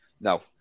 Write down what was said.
No